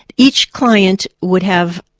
each client would have,